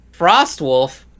Frostwolf